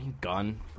gun